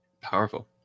Powerful